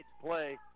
play